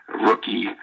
rookie